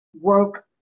work